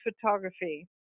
photography